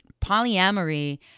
polyamory